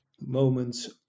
moments